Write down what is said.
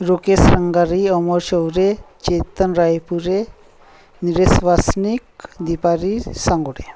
Rokesh Sanghari Amol Shaurye Chetan Raipure Nilesh Wasnik Dipali Sangote